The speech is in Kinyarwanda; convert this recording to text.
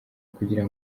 kugira